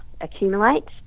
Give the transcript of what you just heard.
accumulates